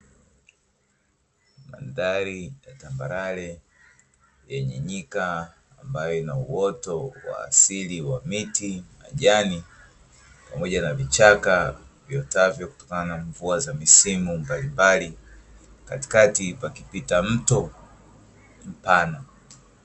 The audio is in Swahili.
Mandhari ya tambarare yenye nyika ambayo ina uoto wa asili wa miti, majani, pamoja na vichaka vyotavyo kutokana na mvua za misimu mbalimbali, katikati pakipita mto mpana.